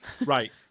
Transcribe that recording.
Right